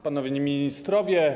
Panowie Ministrowie!